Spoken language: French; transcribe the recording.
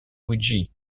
luigi